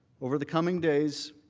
over the coming days,